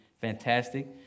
fantastic